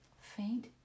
faint